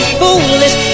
foolish